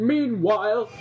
Meanwhile